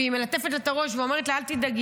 והיא מלטפת לה את הראש ואומרת לה: אל תדאגי,